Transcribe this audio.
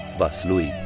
vaslui!